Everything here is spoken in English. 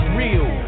real